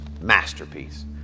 masterpiece